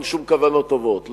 אין שום כוונות טובות,